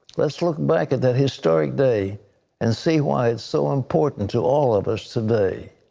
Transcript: let's look back at that historic day and see why it's so important to all of us today.